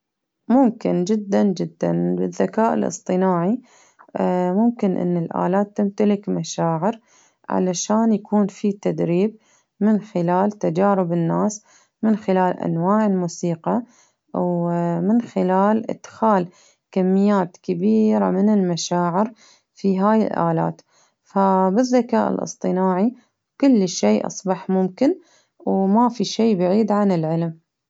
ممكن جدا جدا للذكاء الإصطناعي اه ممكن إن الآلات تمتلك مشاعر، علشان يكون في تدريب من خلال تجارب الناس من خلال أنواع الموسيقى، أو من خلال إدخال كميات كبيرة من المشاعر في هاي الآلات، فبالذكاء الإصطناعي كل شي أصبح ممكن وما في شي بعيد عن العلم.